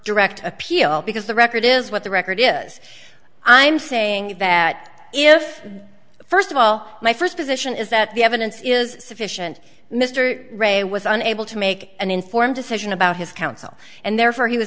direct appeal because the record is what the record is i'm saying that if first of all my first position is that the evidence is sufficient mr ray was unable to make an informed decision about his counsel and therefore he was